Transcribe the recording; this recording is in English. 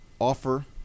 offer